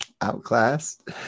outclassed